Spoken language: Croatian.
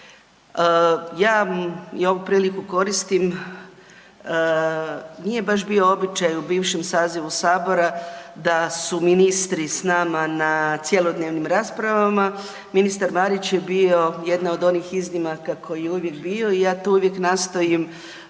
Ja ovu priliku koristim, nije baš bio običaj u bivšem sazivu sabora da su ministri s nama na cjelodnevnim raspravama, ministar Marić je bio jedna od onih iznimaka koji je uvijek bio i ja to uvijek nastojim